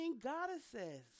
goddesses